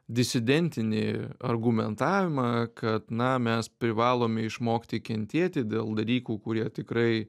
disidentinį argumentavimą kad na mes privalome išmokti kentėti dėl dalykų kurie tikrai